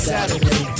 Saturday